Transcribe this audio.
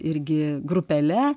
irgi grupele